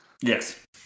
yes